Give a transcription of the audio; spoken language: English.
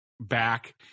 back